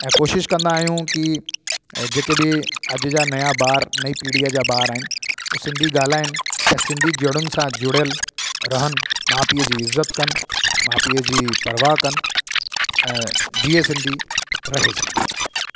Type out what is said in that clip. ऐं कोशिश कंदा आहियूं की जेके बि अॼु जा नयां ॿार नई पीढ़ीअ जा ॿार आहिनि हू सिंधी ॻाल्हाइनि ऐं सिंधी जड़ुनि सां जुड़नि रहनि माउ पीउ जी इज़त कनि माउ पीउ जी परवाह कनि ऐं जीएं सिंधी रहे सिंधी